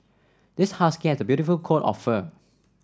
this husky has a beautiful coat of fur